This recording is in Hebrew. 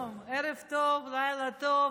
היי, שלום, ערב טוב, לילה טוב.